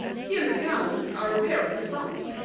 he and the count are a pair of trumps.